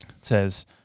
says